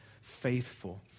faithful